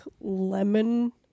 Lemon